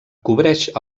cobreix